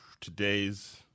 today's